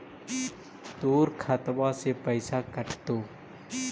तोर खतबा से पैसा कटतो?